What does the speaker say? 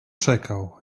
czekał